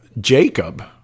Jacob